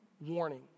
warning